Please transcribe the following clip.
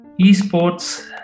eSports